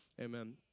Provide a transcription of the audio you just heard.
Amen